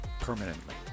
permanently